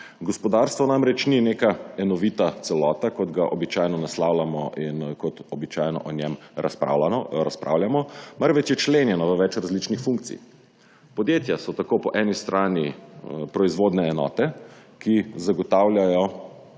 Gospodarstvo namreč ni neka enovita celota kot ga običajno naslavljamo in kot običajno o njem razpravljamo, marveč je členjeno v več različnih funkcij. Podjetja so tako po eni strani proizvodne enote, ki zagotavljajo